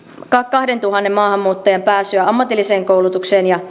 kahdentuhannen maahanmuuttajan pääsyä ammatilliseen koulutukseen ja